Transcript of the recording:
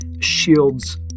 shields